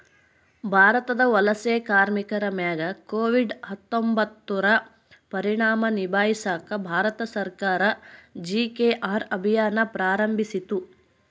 ಭಾರತದ ವಲಸೆ ಕಾರ್ಮಿಕರ ಮ್ಯಾಗ ಕೋವಿಡ್ ಹತ್ತೊಂಬತ್ತುರ ಪರಿಣಾಮ ನಿಭಾಯಿಸಾಕ ಭಾರತ ಸರ್ಕಾರ ಜಿ.ಕೆ.ಆರ್ ಅಭಿಯಾನ್ ಪ್ರಾರಂಭಿಸಿತು